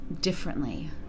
differently